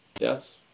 Yes